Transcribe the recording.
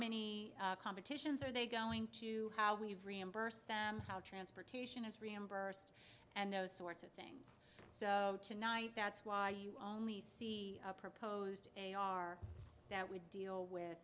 many competitions are they going to how we reimburse them how transportation is reimbursed and those sorts of things so tonight that's why you only see a proposed a r that would deal with